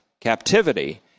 Captivity